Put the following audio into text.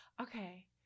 Okay